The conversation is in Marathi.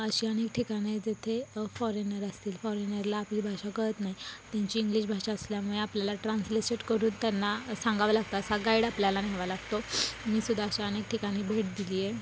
अशी अनेक ठिकाणं आहे जेथे फॉरेनर असतील फॉरेनरला आपली भाषा कळत नाही त्यांची इंग्लिश भाषा असल्यामुळे आपल्याला ट्रान्सलेसेट करून त्यांना सांगावं लागतं असा गाईड आपल्याला न्यावा लागतो मी सुद्धा अशा अनेक ठिकाणी भेट दिली आहे